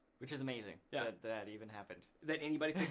which is amazing that that even happened. that anybody